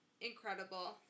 Incredible